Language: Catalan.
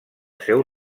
seu